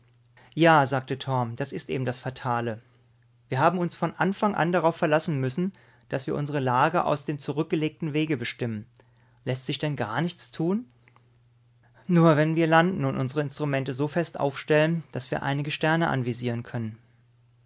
ja sagte torm das ist eben das fatale wir haben uns von anfang an darauf verlassen müssen daß wir unsere lage aus dem zurückgelegten wege bestimmen läßt sich denn gar nichts tun nur wenn wir landen und unsere instrumente so fest aufstellen daß wir einige sterne anvisieren können